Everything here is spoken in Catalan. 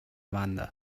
banda